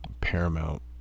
paramount